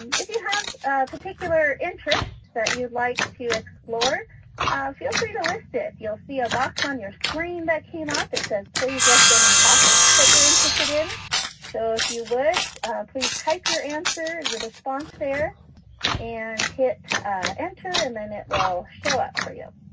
if you have particular interest that you'd like to explore feel free to list it. you'll see a box on your screen that came up it says please list any topics that you're interested in so if you would please type your answer your response there and hit enter and then it will show up for you.